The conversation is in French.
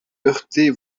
heurter